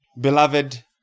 beloved